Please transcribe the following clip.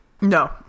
No